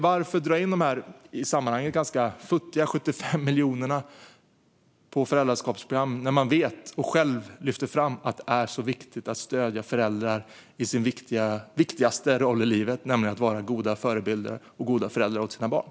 Varför dra in de här i sammanhanget ganska futtiga 75 miljonerna till föräldraskapsprogram när man vet och själv lyfter fram att det är viktigt att stödja föräldrar i deras viktigaste roll i livet, nämligen att vara goda förebilder för och goda föräldrar åt sina barn?